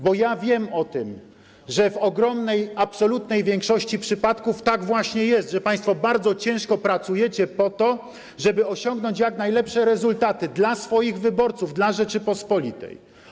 Bo ja wiem o tym, że w ogromnej, absolutnej większości przypadków tak właśnie jest, że Państwo bardzo ciężko pracują po to, żeby osiągnąć jak najlepsze rezultaty, dla swoich wyborców, dla Rzeczypospolitej.